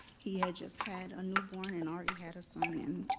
he had just had a newborn and already had a son, and,